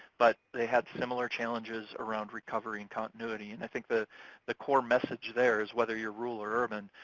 but they had similar challenges around recovery and continuity. and i think the the core message there is whether you're rural or urban,